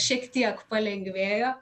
šiek tiek palengvėjo